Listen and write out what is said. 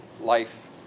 life